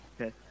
okay